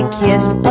kissed